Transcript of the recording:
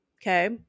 Okay